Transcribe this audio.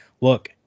look